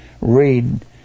read